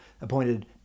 appointed